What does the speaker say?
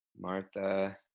Martha